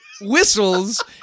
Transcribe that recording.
whistles